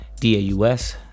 DAUS